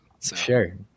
Sure